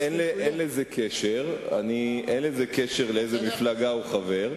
אין לזה קשר באיזו מפלגה הוא חבר.